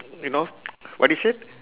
you know what I said